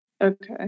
Okay